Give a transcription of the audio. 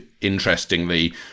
interestingly